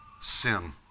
sin